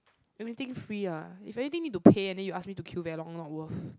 anything free ah if anything need to pay and then you ask me to queue very long not worth